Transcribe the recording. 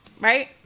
Right